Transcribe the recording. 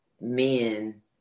men